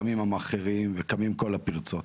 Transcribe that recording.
קמים המאכערים קמים כל הפרצות,